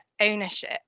ownership